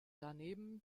daneben